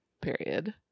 period